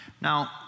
now